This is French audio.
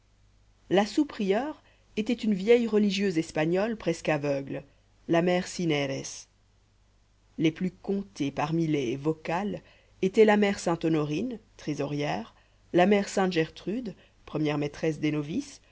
la sous prieure était une vieille religieuse espagnole presque aveugle la mère cineres les plus comptées parmi les vocales étaient la mère sainte honorine trésorière la mère sainte gertrude première maîtresse des